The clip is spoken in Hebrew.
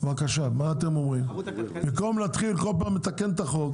במקום בכל פעם להתחיל לתקן את החוק,